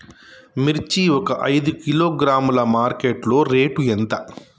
మిర్చి ఒక ఐదు కిలోగ్రాముల మార్కెట్ లో రేటు ఎంత?